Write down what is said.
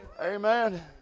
Amen